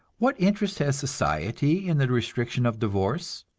what interest has society in the restriction of divorce?